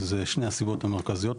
זה שני הסיבות המרכזיות,